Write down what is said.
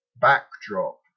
backdrop